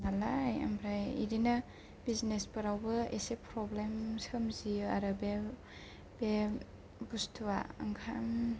माबा नालाय ओमफ्राय बिदिनो बिजनेस फोरावबो एसे फ्रबलेम सोमजियो आरो बे बुस्थुआ ओंखायनो